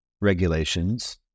regulations